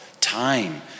time